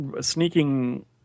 sneaking